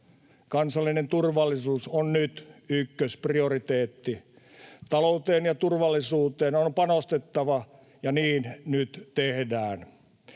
Kansallinen turvallisuus on nyt ykkösprioriteetti. Talouteen ja turvallisuuteen on panostettava, ja niin nyt tehdään.